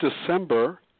December